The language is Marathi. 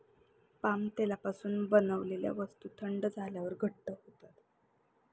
पाम तेलापासून बनवलेल्या वस्तू थंड झाल्यावर घट्ट होतात